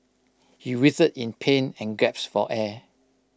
he writhed in pain and gaps for air